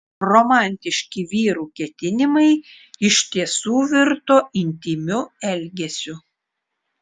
romantiški vyrų ketinimai iš tiesų virto intymiu elgesiu